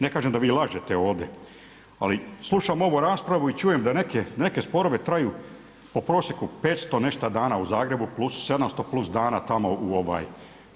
Ne kažem da vi lažete ovdje, ali slušam ovu raspravu i čujem da neki sporovi traju po prosjeku 500 i nešto dana u Zagrebu, plus 700 plus dana tamo u ovaj.